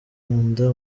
nda